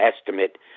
estimate